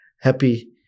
happy